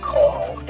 Call